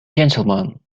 gentlemen